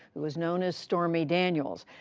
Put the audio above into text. who is known as stormy daniels.